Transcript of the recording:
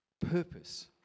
purpose